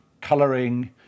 colouring